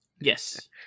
Yes